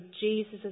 Jesus